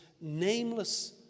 nameless